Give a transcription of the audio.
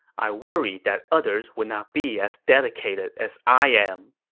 i worry that others would not be as dedicated as i am.